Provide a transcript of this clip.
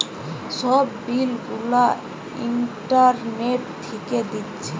সব বিল গুলা ইন্টারনেট থিকে দিচ্ছে